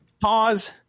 pause